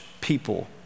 people